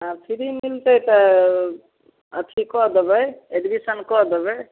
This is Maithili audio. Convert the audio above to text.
हँ फ्री मिलतै तऽ अथी कऽ देबै एडमिशन कऽ देबै